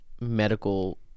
medical